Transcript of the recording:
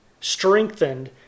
strengthened